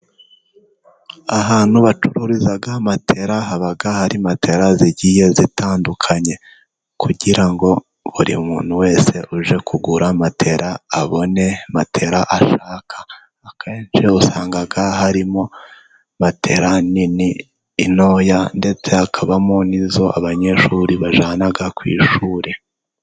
Ahantu bacururiza matera, haba hari matera zigiye zitandukanye, kugira ngo buri muntu wese uje kugura matera, abone matera ashaka, akenshi usanga harimo matera nini, intoya, ndetse hakabamo n'izo abanyeshuri bajyana ku ishuri.